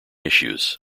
issues